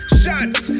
shots